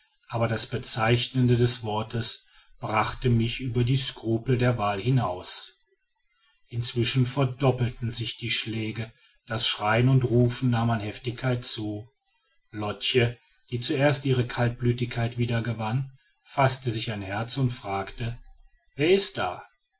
aber das bezeichnende des worts brachte mich über die scrupel der wahl hinaus inzwischen verdoppelten sich die schläge das schreien und rufen nahm an heftigkeit zu lotch die zuerst ihre kaltblütigkeit wieder gewann faßte sich ein herz und fragte wer ist da